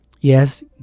Yes